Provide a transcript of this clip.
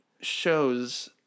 shows